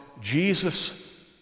jesus